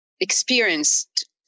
experienced